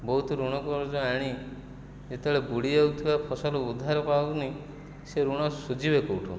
ବହୁତ ଋଣ କରଜ ଆଣି ଯେତେବେଳେ ବୁଡ଼ିଯାଉଥିବା ଫସଲ ଉଦ୍ଧାର ପାଉନି ସେ ଋଣ ସୁଜିବେ କେଉଁଠୁ